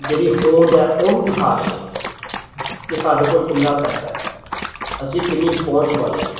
ਜਿਹੜੀ ਹੋਂਦ ਹੈ ਉਹਨੂੰ ਦਿਖਾ ਰਹੇ ਕਿ ਸਾਡੇ ਕੋਲ਼ ਕਿੰਨਾ ਪੈਸਾ ਹੈ ਅਸੀਂ ਕਿੰਨੀ ਪਹੁੰਚ ਵਾਲੇ ਹਾਂ